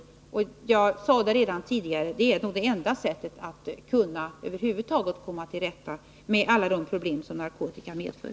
Det är, som jag sade redan tidigare, nog det enda sättet att över huvud taget kunna bemästra alla de problem som narkotikan medför.